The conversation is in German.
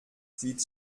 sieht